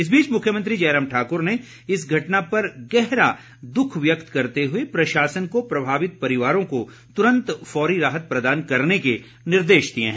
इस बीच मुख्यमंत्री जयराम ठाकुर ने इस घटना पर गहरा दुख व्यक्त करते हुए प्रशासन को प्रभवित परिवारों को तुरंत फौरी राहत प्रदान करने के निर्देश दिए हैं